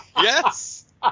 Yes